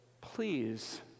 please